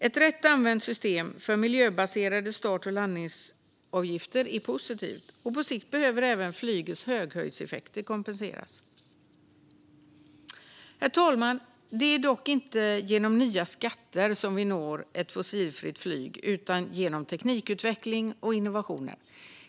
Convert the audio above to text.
Ett rätt använt system för miljöbaserade start och landningsavgifter är positivt. På sikt behöver även flygets höghöjdseffekter kompenseras. Herr talman! Det är dock inte genom nya skatter som vi når ett fossilfritt flyg utan genom teknikutveckling och innovationer.